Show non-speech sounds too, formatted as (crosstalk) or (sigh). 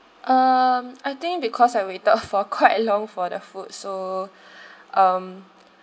um I think because I waited for (laughs) quite long for the food so (breath) um